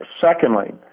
secondly